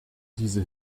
diese